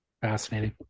Fascinating